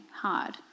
hard